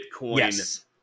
Yes